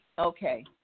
Okay